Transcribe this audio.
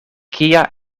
kia